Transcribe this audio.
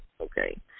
okay